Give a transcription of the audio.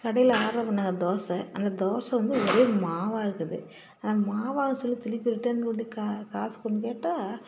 கடையில் ஆர்டர் பண்ணிண தோசை அந்த தோசை வந்து ஒரே மாவாக இருக்குது அது மாவாக இருக்குதுன்னு சொல்லி திருப்பி ரிட்டன் கொண்டு போய் கா காசு கொடுன்னு கேட்டால்